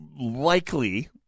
likely